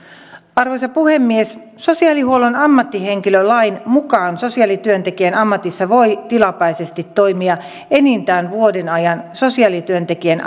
arvoisa puhemies sosiaalihuollon ammattihenkilölain mukaan sosiaalityöntekijän ammatissa voi tilapäisesti toimia enintään vuoden ajan sosiaalityöntekijän